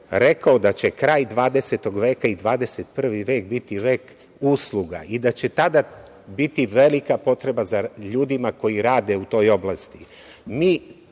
rekao da će kraj 20. veka i 21. vek biti vek usluga i da će tada biti velika potreba za ljudima koji rade u toj oblasti. Mi